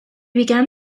began